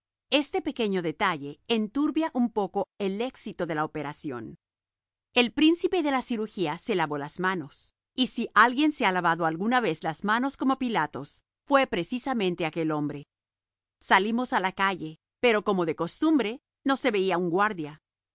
este pequeño detalle enturbia un poco el éxito de la operación el príncipe de la cirugía se lavó las manos y si alguien se ha lavado alguna vez las manos como pilatos fue precisamente aquel hombre salimos a la calle pero como de costumbre no se veía un guardia